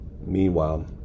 Meanwhile